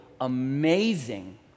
amazing